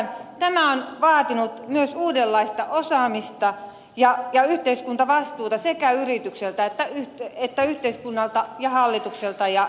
tämä on vaatinut myös uudenlaista osaamista ja yhteiskuntavastuuta sekä yritykseltä että yhteiskunnalta ja hallitukselta ja eduskunnalta